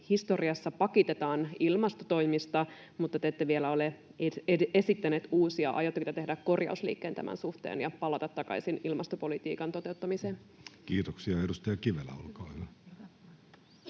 historiassa pakitetaan ilmastotoimista, mutta te ette vielä ole esittäneet uusia. Aiotteko te tehdä korjausliikkeen tämän suhteen ja palata takaisin ilmastopolitiikan toteuttamiseen? Kiitoksia. — Edustaja Kivelä, olkaa hyvä.